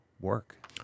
work